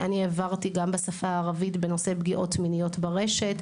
אני העברתי גם בשפה הערבית בנושא פגיעות מיניות ברשת,